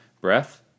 breath